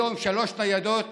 היום שלוש ניידות